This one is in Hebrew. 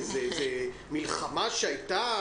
זה מלחמה שהייתה?